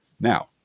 Now